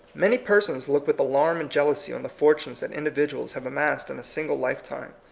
many persons look with alarm and jeal ousy on the fortunes that individuals have amassed in a single lifetime.